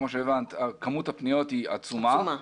כמו שהבנת, כמות הפניות היא עצומה.